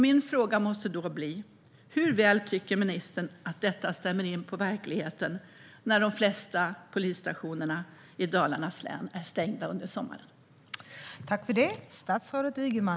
Min fråga måste då bli: Hur väl tycker ministern att detta stämmer in på verkligheten när de flesta polisstationer i Dalarnas län är stängda under sommaren?